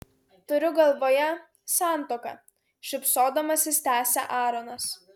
turiu galvoje santuoką šypsodamasis tęsia aaronas